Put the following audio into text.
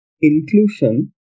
inclusion